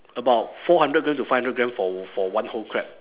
about four hundred gram to five hundred gram for for one whole crab